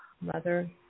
Mother